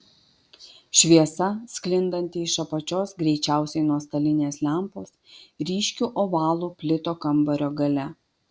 šviesa sklindanti iš apačios greičiausiai nuo stalinės lempos ryškiu ovalu plito kambario gale